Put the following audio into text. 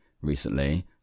recently